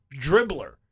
dribbler